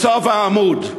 בסוף העמוד.